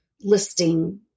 listing